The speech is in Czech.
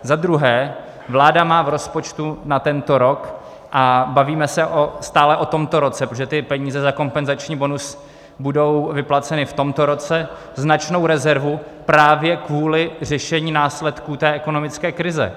Za druhé, vláda má v rozpočtu na tento rok a bavíme se stále o tomto roce, protože ty peníze za kompenzační bonus budou vyplaceny v tomto roce značnou rezervu právě kvůli řešení následků té ekonomické krize.